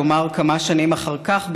יאמר כמה שנים אחר כך,